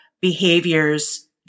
behaviors